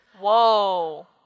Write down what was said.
Whoa